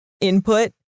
input